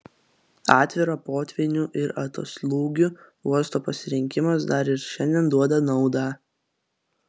atviro potvynių ir atoslūgių uosto pasirinkimas dar ir šiandien duoda naudą